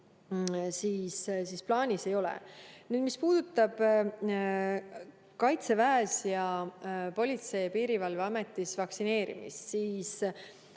plaanis ei ole. Nüüd, mis puudutab Kaitseväes ja Politsei- ja Piirivalveametis vaktsineerimist, siis